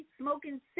smoking